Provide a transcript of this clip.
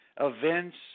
events